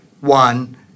One